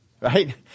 right